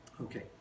Okay